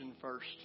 first